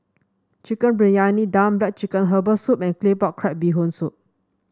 Chicken Briyani Dum black chicken Herbal Soup and Claypot Crab Bee Hoon Soup